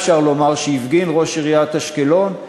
אפשר לומר, שהפגין ראש עיריית אשקלון,